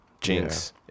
Jinx